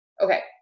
Okay